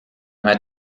hat